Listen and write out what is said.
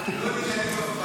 לא ננעלים אף פעם.